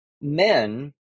men